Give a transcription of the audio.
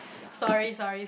sorry sorry